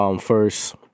first